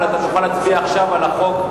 אדוני יוסיף אותי.